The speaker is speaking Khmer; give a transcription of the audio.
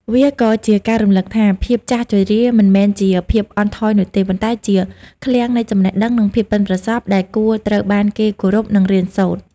វាក៏ជាការរំលឹកថា ភាពចាស់ជរាមិនមែនជាភាពអន់ថយនោះទេ ប៉ុន្តែជាឃ្លាំងនៃចំណេះដឹង និងភាពប៉ិនប្រសប់ដែលគួរត្រូវបានគេគោរព និងរៀនសូត្រ។